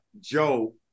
Joe